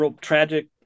tragic